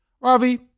ravi